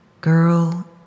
girl